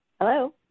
Hello